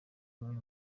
imwe